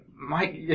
Mike